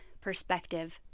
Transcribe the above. perspective